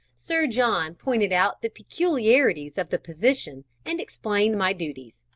sir john pointed out the peculiarities of the position and explained my duties.